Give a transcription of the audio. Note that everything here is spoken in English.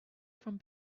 from